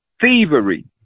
Thievery